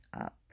up